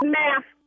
math